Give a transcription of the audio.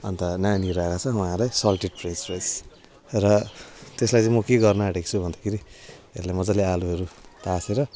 अन्त नानीहरू आएको छ उहाँहरूलाई सल्टी फ्रेस फ्राइस र त्यसलाई चाहिँ म के गर्नु आँटेको छु भन्दाखेरि यसलाई मजाले आलुहरू ताछेर